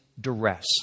duress